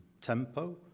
tempo